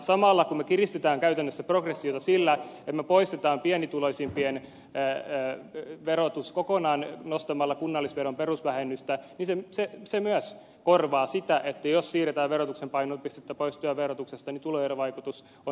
samalla kun me kiristämme käytännössä progressiota sillä että poistamme pienituloisimpien verotuksen kokonaan nostamalla kunnallisveron perusvähennystä se myös korvaa sitä jos siirretään verotuksen painopistettä pois työn verotuksesta että tuloerovaikutus on hyvä